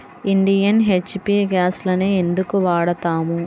Indian, HP గ్యాస్లనే ఎందుకు వాడతాము?